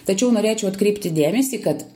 tačiau norėčiau atkreipti dėmesį kad